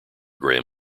graham